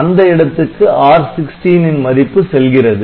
அந்த இடத்துக்கு R16 ன் மதிப்பு செல்கிறது